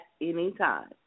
anytime